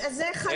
אז זה חשוב באמת.